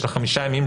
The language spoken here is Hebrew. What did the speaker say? יש לה חמישה ימים,